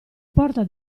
porta